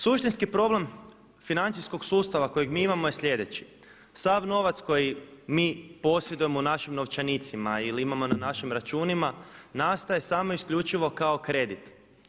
Suštinski problem financijskog sustava kojeg mi imamo je slijedeći: sav novac koji mi posjedujemo u našim novčanicima ili imamo na našim računima nastaje samo isključivo kao kredit.